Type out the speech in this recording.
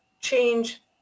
change